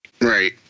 Right